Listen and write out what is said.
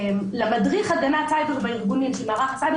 למדריך הגנת סייבר בארגונים של מערך הסייבר